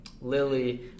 Lily